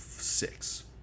six